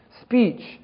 Speech